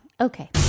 Okay